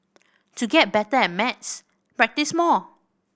to get better at maths practise more